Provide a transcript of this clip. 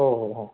हो हो हो